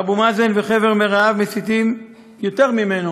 אבו מאזן וחבר מרעיו מסיתים יותר ממנו,